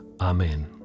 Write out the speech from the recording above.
Amen